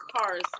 cars